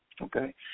Okay